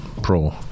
pro